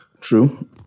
true